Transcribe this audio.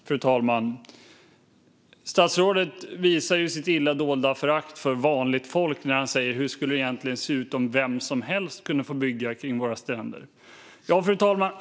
Fru talman! Statsrådet visar sitt illa dolda förakt för vanligt folk när han frågar hur det skulle se ut om vem som helst skulle få bygga vid våra stränder.